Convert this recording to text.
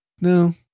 No